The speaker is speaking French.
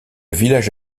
village